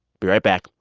be right back